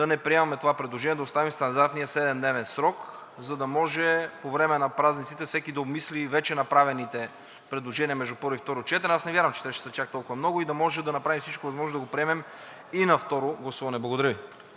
да не приемаме това предложение, а да оставим стандартния 7-дневен срок, за да може по време на празниците всеки да обмисли и вече направените предложения между първо и второ четене. Аз не вярвам, че те ще са чак толкова много, и да може да направим всичко възможно да го приемем и на второ гласуване. Благодаря Ви.